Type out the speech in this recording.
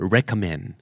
Recommend